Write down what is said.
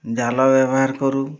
ଜାଲ ବ୍ୟବହାର କରୁ